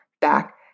back